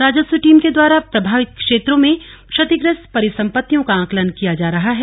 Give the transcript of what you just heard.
राजस्व टीम के द्वारा प्रभावित क्षेत्रों में क्षतिग्रस्त परिसंपत्तियों का आंकलन भी किया जा रहा है